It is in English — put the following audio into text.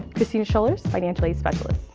christina scholars, financial aid specialist.